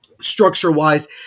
structure-wise